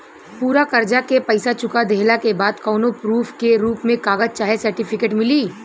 पूरा कर्जा के पईसा चुका देहला के बाद कौनो प्रूफ के रूप में कागज चाहे सर्टिफिकेट मिली?